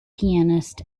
pianist